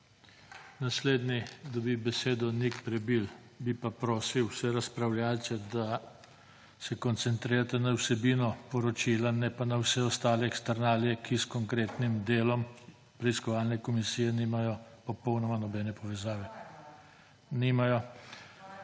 Naslednji dobi besedo Nik Prebil. Bi prosil vse razpravljavce, da se koncentrirate na vsebino poročila, ne pa na vse ostale eksternalije, ki s konkretnim delom preiskovalne komisije nimajo popolnoma nobene povezave. Nimajo.